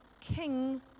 king